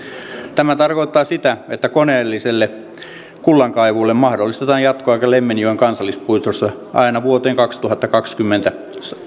tämä tarkoittaa sitä että koneelliselle kullankaivuulle mahdollistetaan jatkoaika lemmenjoen kansallispuistossa aina vuoteen kaksituhattakaksikymmentä